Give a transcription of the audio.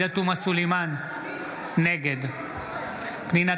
סלימאן, נגד פנינה